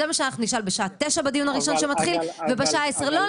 זה מה שאנחנו נשאל בשעה 09:00 בדיון הראשון שמתחיל ובשעה 10:00. אבל,